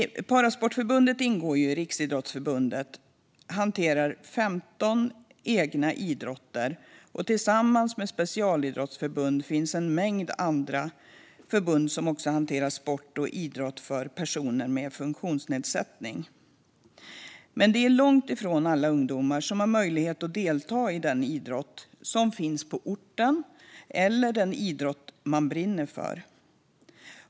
Parasportförbundet, som ingår i Riksidrottsförbundet, hanterar 15 egna idrotter. Tillsammans med specialidrottsförbund finns en mängd andra förbund som hanterar sport och idrott för personer med funktionsnedsättning. Men det är långt ifrån alla ungdomar som har möjlighet att delta i den idrott som finns på orten eller i den idrott de brinner för.